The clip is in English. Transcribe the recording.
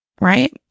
right